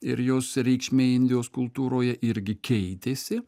ir jos reikšmė indijos kultūroje irgi keitėsi